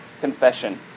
confession